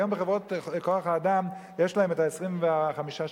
היום בחברות כוח-האדם יש להם 25 שקלים,